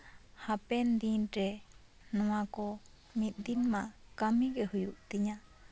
ᱦᱟᱯᱮᱱ ᱫᱤᱱᱨᱮ ᱱᱚᱣᱟ ᱠᱚ ᱢᱤᱫ ᱫᱤᱱ ᱢᱟ ᱠᱟᱹᱢᱤ ᱜᱮ ᱦᱩᱭᱩᱜ ᱛᱤᱧᱟ